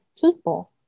people